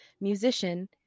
musician